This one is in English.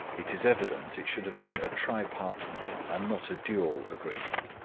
it is evident it should have been a tripartite, and not a dual, agreement.